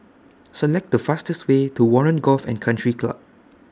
Select The fastest Way to Warren Golf and Country Club